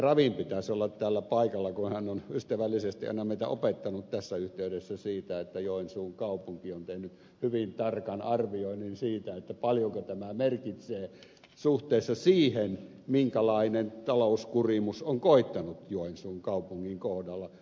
ravin pitäisi olla täällä paikalla kun hän on ystävällisesti aina meitä opettanut tässä yhteydessä sillä joensuun kaupunki on tehnyt hyvin tarkan arvioinnin siitä paljonko tämä merkitsee suhteessa siihen minkälainen talouskurimus on koittanut joensuun kaupungin kohdalla